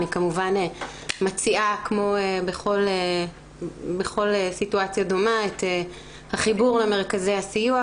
אני כמובן מציעה כמו בכל סיטואציה דומה את החיבור למרכזי הסיוע,